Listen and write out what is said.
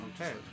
Okay